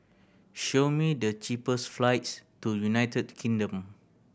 show me the cheapest flights to United Kingdom